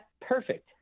perfect